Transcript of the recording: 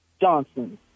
Johnson